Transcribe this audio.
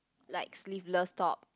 like sleeveless top